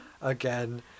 Again